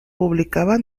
publicaba